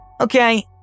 Okay